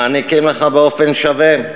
מעניקים לך באופן שווה,